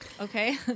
Okay